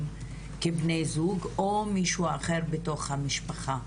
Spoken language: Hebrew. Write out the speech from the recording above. כבני זוג או מישהו אחר בתוך המשפחה.